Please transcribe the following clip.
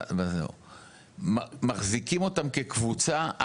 מחזיקים אותם כקבוצה,